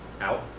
out